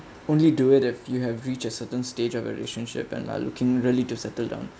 only do it if you have reach a certain stage of your relationship and are looking really to settle down